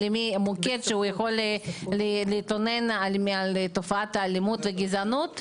מוקד שהוא יכול להתלונן על תופעת האלימות וגזענות?